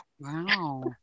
Wow